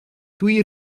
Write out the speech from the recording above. tuj